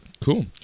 Cool